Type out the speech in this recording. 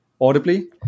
audibly